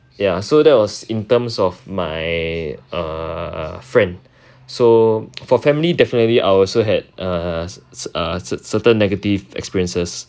ya so that was in terms of my err friend so for family definitely I also had err ce~ ce~ uh ce~ certain negative experiences